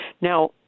Now